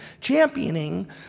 championing